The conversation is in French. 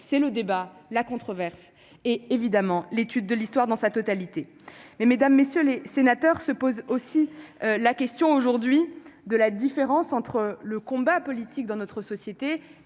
c'est le débat, la controverse, est évidemment l'étude de l'histoire dans sa totalité mais, mesdames, messieurs les sénateurs, se pose aussi la question aujourd'hui de la différence entre le combat politique dans notre société